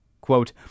Quote